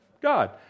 God